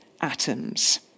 atoms